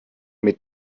mit